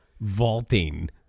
vaulting